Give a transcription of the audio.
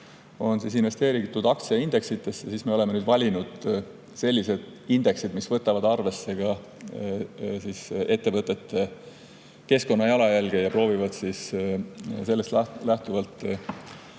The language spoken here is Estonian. on investeeritud aktsiaindeksitesse, siis me oleme valinud sellised indeksid, mis võtavad arvesse ka ettevõtete keskkonnajalajälge ja proovivad sellest lähtuvalt